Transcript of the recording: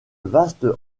vaste